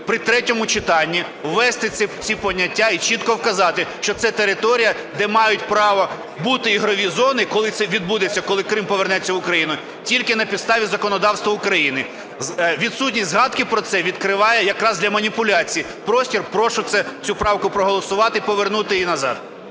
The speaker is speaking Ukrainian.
в третьому читанні ввести ці поняття і чітко вказати, що це територія, де мають право бути ігрові зони, коли це відбудеться, коли Крим повернеться в Україну, тільки на підставі законодавства України. Відсутність згадки про це відкриває якраз для маніпуляцій простір. Прошу цю правку проголосувати і повернути її назад.